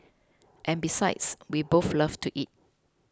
and besides we both love to eat